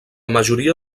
majoria